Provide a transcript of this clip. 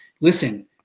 Listen